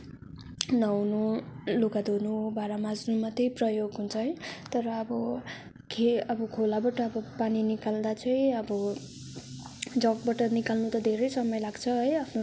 नुहाउनु लुगा धुनु भाँडा माझ्नु मात्रै प्रयोग हुन्छ है तर अब खे अब खोलाबट अब पानी निकाल्दा चाहिँ अब जगबट निकाल्नु तै धेरै समय लाग्छ है आफ्नो टाइम पनि